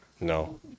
No